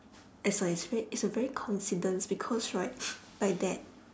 as I said it's a very coincidence because right like that